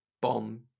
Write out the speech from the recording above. bomb